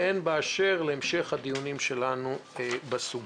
והן באשר לדיונים שלנו בסוגיה.